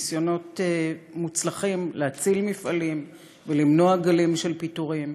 ניסיונות מוצלחים להציל מפעלים ולמנוע גלים של פיטורים,